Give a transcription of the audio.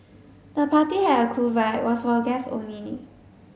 the party had a cool vibe was for guests only